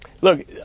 Look